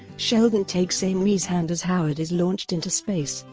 sheldon takes amy's hand as howard is launched into space.